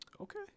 Okay